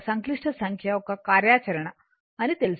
సంక్లిష్ట సంఖ్య యొక్క కార్యాచరణ తెలుసు